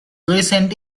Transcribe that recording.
recent